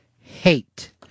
hate